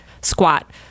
squat